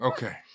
Okay